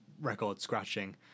record-scratching